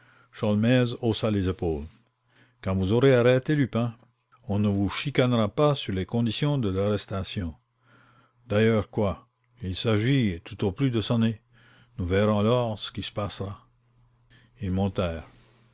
haussa les épaules quand vous aurez arrêté lupin on ne vous chicanera pas sur les conditions de l'arrestation d'ailleurs quoi il s'agit tout au plus de sonner nous verrons alors ce qui se passera